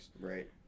Right